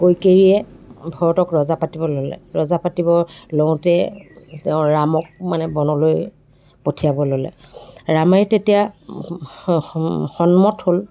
কৈকেয়ীয়ে ভৰতক ৰজা পাতিব ল'লে ৰজা পাতিব লওঁতে তেওঁ ৰামক মানে বনলৈ পঠিয়াব ল'লে ৰামে তেতিয়া সন্মত হ'ল